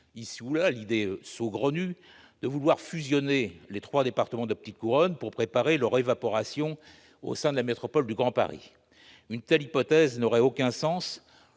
ici ou là l'idée saugrenue de fusionner les trois départements de petite couronne pour préparer leur « évaporation » au sein de la métropole du Grand Paris. Une telle perspective n'a aucun sens